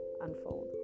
unfold